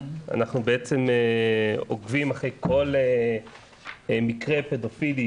אנחנו בעצם עוקבים אחרי כל מקרה פדופילי